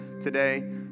today